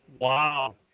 Wow